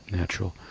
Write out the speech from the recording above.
natural